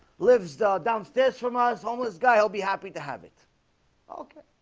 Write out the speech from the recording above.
lives downstairs from us homeless guy. i'll be happy to have it okay